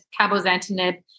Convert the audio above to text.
cabozantinib